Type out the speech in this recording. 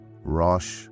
Rosh